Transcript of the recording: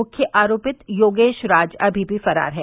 मुख्य आरोपित योगेश राज अभी भी फरार है